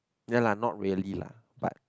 ya lah not really lah but